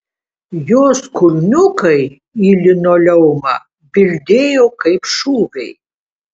jos kulniukai į linoleumą bildėjo kaip šūviai